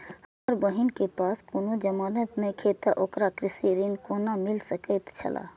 हमर बहिन के पास कोनो जमानत नेखे ते ओकरा कृषि ऋण कोना मिल सकेत छला?